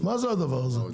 מה זה הדבר הזה?